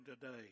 today